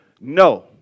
No